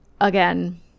again